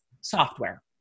software